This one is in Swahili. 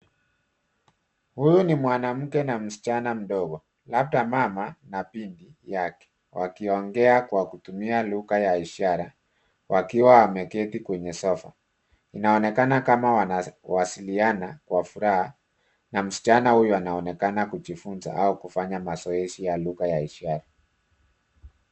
Huyu ni Mwanamke na Msichana mdogo, labda mama na binti yake wakiongea kuwa kutumia lugha ishara wakiwa wameketi kwenye sofa. Inaonekana kama wanawasiliana kuwa furaha na msichana huyo anaonekana kujifunza au kufanya mazoezi ya lugha ya ishara.